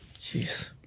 Jeez